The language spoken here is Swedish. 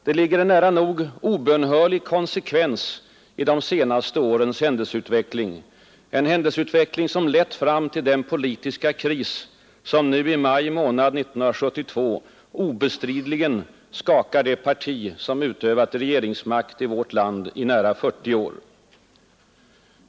Det ligger en nära nog obönhörlig konsekvens i de senaste årens händelseutveckling, en händelseutveckling som lett fram till den politiska kris som nu i maj månad 1972 obestridligen skakar det parti som utövat regeringsmakt i vårt land i nära 40 år.